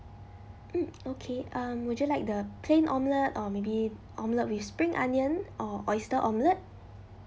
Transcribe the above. mm okay um would you like the plain omelette or maybe omelette with spring onion or oyster omelette